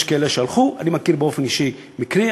יש כאלה שהלכו, ואני מכיר באופן אישי מקרה.